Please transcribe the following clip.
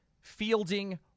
fielding